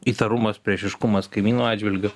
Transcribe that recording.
įtarumas priešiškumas kaimynų atžvilgiu